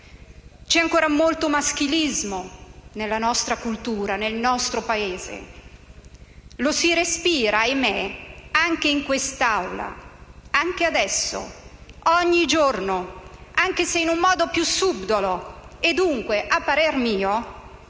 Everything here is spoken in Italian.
C'è ancora molto maschilismo nella nostra cultura, nel nostro Paese; lo si respiro - ahimè - anche in quest'Aula, anche adesso, ogni giorno, anche se in un modo più subdolo e dunque, a parere mio,